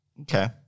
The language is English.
Okay